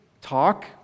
talk